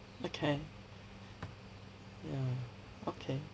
okay ya okay